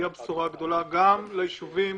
היא הבשורה הגדולה גם ליישובים